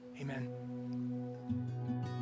amen